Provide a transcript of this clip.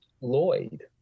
lloyd